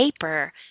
paper